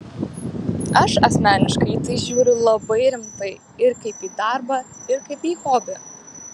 aš asmeniškai į tai žiūriu labai rimtai ir kaip į darbą ir kaip į hobį